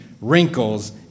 wrinkles